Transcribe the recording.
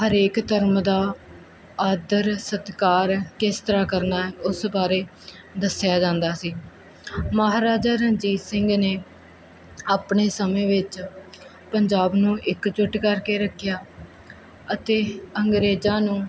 ਹਰੇਕ ਧਰਮ ਦਾ ਆਦਰ ਸਤਿਕਾਰ ਕਿਸ ਤਰ੍ਹਾਂ ਕਰਨਾ ਉਸ ਬਾਰੇ ਦੱਸਿਆ ਜਾਂਦਾ ਸੀ ਮਹਾਰਾਜਾ ਰਣਜੀਤ ਸਿੰਘ ਨੇ ਆਪਣੇ ਸਮੇਂ ਵਿੱਚ ਪੰਜਾਬ ਨੂੰ ਇੱਕਜੁੱਟ ਕਰਕੇ ਰੱਖਿਆ ਅਤੇ ਅੰਗਰੇਜ਼ਾਂ ਨੂੰ